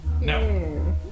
No